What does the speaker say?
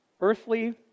Earthly